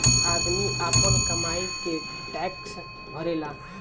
आदमी आपन कमाई के टैक्स भरेला